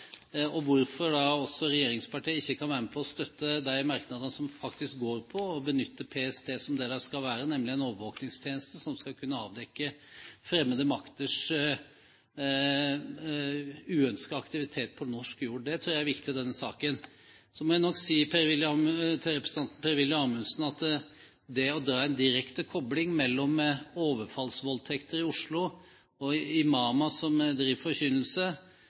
og hvorfor regjeringspartiene ikke kan være med på å støtte de merknadene som går på å benytte PST som det PST skal være, nemlig en overvåkningstjeneste som skal kunne avdekke fremmede makters uønskede aktivitet på norsk jord. Det tror jeg er viktig i denne saken. Så må jeg nok si til representanten Per-Willy Amundsen at det å dra en direkte kobling mellom overfallsvoldtekter i Oslo og imamer som driver